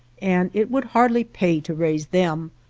and it would hardly pay to raise them,